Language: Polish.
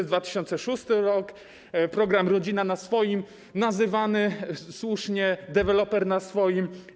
W 2006 r. był program „Rodzina na swoim”, nazywany słusznie: deweloper na swoim.